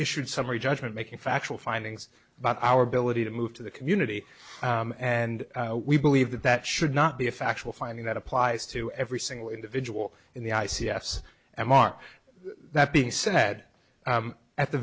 issued summary judgment making factual findings about our ability to move to the community and we believe that that should not be a factual finding that applies to every single individual in the i c s m r that being said at the